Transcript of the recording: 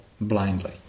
blindly